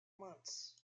months